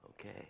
Okay